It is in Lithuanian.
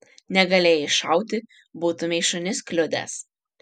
negalėjai šauti būtumei šunis kliudęs